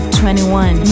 21